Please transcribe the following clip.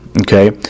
okay